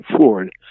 Ford